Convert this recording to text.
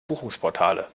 buchungsportale